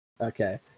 Okay